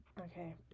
Okay